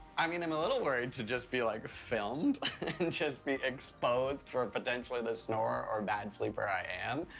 i mean, i'm a little worried to just be, like, filmed. and just be exposed for potentially the snorer, or bad sleeper i am.